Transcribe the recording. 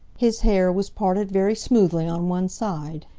his hair was parted very smoothly on one side,